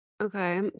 Okay